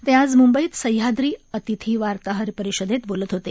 ते आज म्ंबईत सहयाद्री अतिथी वार्ताहर परिषदेत बोलत होते